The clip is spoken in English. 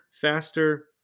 faster